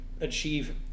achieve